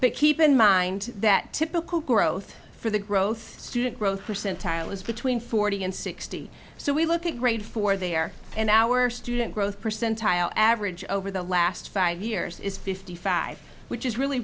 but keep in mind that typical growth for the growth student growth percentile is between forty and sixty so we look at grade four there and our student growth percentile average over the last five years is fifty five which is really